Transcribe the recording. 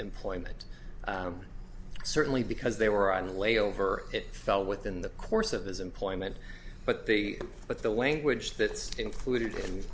employment certainly because they were on a layover it fell within the course of his employment but the but the language that's included in